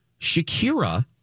Shakira